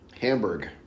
Hamburg